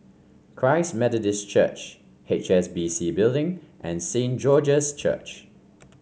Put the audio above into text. Christ Methodist Church H S B C Building and Saint George's Church